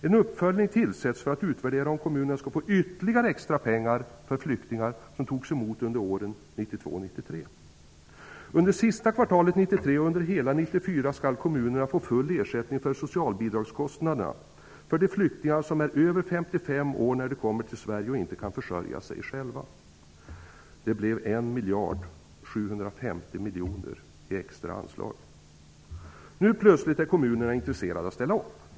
En uppföljning görs för att utvärdera om kommunerna skall få ytterligare extra pengar för flyktingar som togs emot under åren 1992 och 1993. Under sista kvartalet 1993 och under hela 1994 skall kommunerna få full ersättning för socialbidragskostnaderna för de flyktingar som är över 55 år när de kommer till Sverige och inte kan försörja sig själva. Nu plötsligt är kommunerna intresserade av att ställa upp.